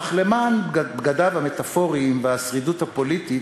אך למען בגדיו המטאפוריים והשרידות הפוליטית,